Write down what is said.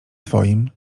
twoim